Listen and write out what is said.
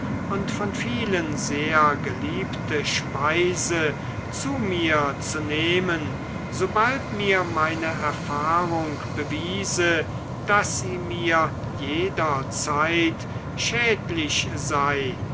und von vielen sehr geliebte speise zu mir zu nehmen sobald mir meine erfahrung bewiese daß sie mir jederzeit schädlich sei